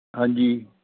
ਹਾਂਜੀ